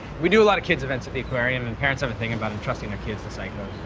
we do a lot of kids' events at the aquarium, and parents have a thing about entrusting their kids to psychos.